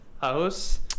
house